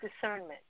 discernment